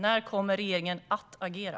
När kommer regeringen att agera?